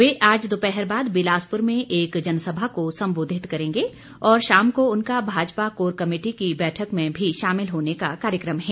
वे आज दोपहर बाद बिलासपुर में एक जनसभा को सम्बोधित करेंगे और शाम को उनका भाजपा कोर कमेटी की बैठक में भी शामिल होने का कार्यक्रम है